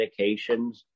medications